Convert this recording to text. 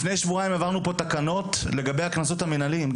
לפני שבועיים העברנו תקנות לגבי הקנסות המנהליים,